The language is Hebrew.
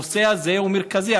הנושא הזה הוא מרכזי.